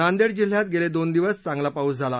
नांदेड जिल्ह्यात गेले दोन दिवस चांगला पाऊस झाला